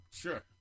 Sure